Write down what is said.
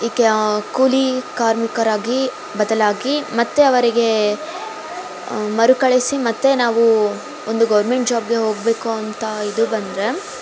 ಈ ಕ್ಯ ಕೂಲಿ ಕಾರ್ಮಿಕರಾಗಿ ಬದಲಾಗಿ ಮತ್ತೆ ಅವರಿಗೆ ಮರುಕಳಿಸಿ ಮತ್ತೆ ನಾವು ಒಂದು ಗೌರ್ಮೆಂಟ್ ಜಾಬ್ಗೆ ಹೋಗಬೇಕು ಅಂತ ಇದು ಬಂದರೆ